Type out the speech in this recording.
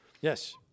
Yes